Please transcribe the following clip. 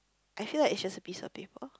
I feel like it's just a piece of paper